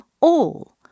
all